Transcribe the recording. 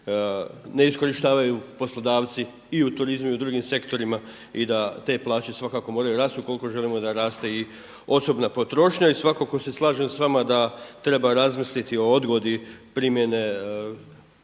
ne iskorištavaju poslodavci i u turizmu i u drugim sektorima i da te plaće svakako moraju rasti ukoliko želimo da raste i osobna potrošnja. I svako ko se slaže sa vama da treba razmisliti o odgodi primjene